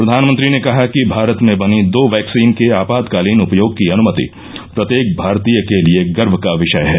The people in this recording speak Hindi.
प्रधानमंत्री ने कहा कि भारत में बनी दो वैक्सीन के आपातकालीन उपयोग की अनुमति प्रत्येक भारतीय के लिए गर्व का विषय है